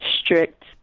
strict